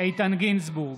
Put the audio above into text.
ולדימיר בליאק,